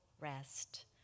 rest